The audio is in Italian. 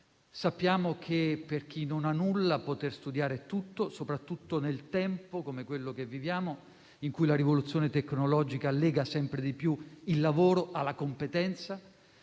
Sappiamo che, per chi non ha nulla, poter studiare è tutto, soprattutto nel tempo, come quello che viviamo, in cui la rivoluzione tecnologica lega sempre di più il lavoro alla competenza.